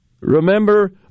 Remember